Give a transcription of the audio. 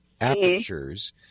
apertures